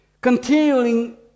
continuing